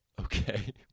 okay